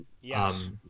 Yes